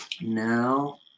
now